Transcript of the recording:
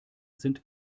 sind